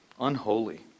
unholy